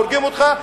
הורגים אותך,